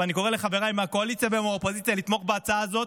ואני קורא לחבריי מהקואליציה ומהאופוזיציה לתמוך בהצעה הזאת.